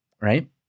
right